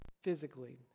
physically